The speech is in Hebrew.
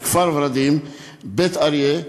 כפר-ורדים ובית-אריה,